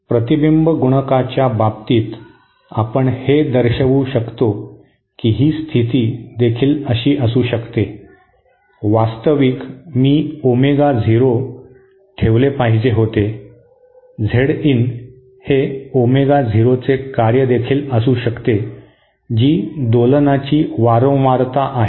प्रतिबिंब गुणकाच्या बाबतीत आपण हे दर्शवू शकतो की ही स्थिती देखील अशी असू शकते वास्तविक मी ओमेगा झिरो ठेवले पाहिजे होते झेड इन हे ओमेगा झिरोचे कार्य देखील असू शकते जी दोलनाची वारंवारता आहे